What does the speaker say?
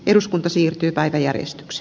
eduskunta siirtyy päiväjärjestyks